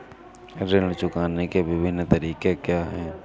ऋण चुकाने के विभिन्न तरीके क्या हैं?